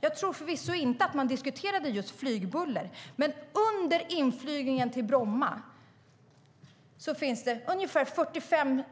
Jag tror förvisso inte att man diskuterade just flygbuller, men under inflygningsvägen till Bromma finns det ungefär 45